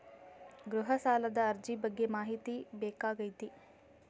ಗೃಹ ಸಾಲದ ಅರ್ಜಿ ಬಗ್ಗೆ ಮಾಹಿತಿ ಬೇಕಾಗೈತಿ?